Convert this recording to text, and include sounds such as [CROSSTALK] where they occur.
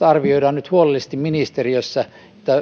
[UNINTELLIGIBLE] arvioidaan huolellisesti ministeriössä jokainen näistä ehdotuksista